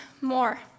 more